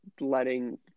letting